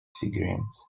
figurines